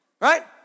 right